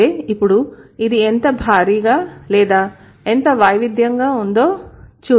అయితే ఇప్పుడు ఇది ఎంత భారీగా లేదా ఎంత వైవిధ్యంగా ఉందో చూద్దాం